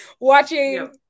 watching